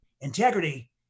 Integrity